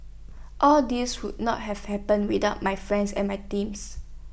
all this would not have happened without my friends and my teams